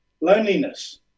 Loneliness